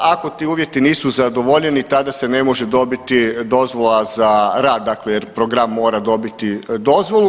Ako ti uvjeti nisu zadovoljeni tada se ne može dobiti dozvola za rad dakle jer program mora dobiti dozvolu.